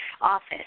office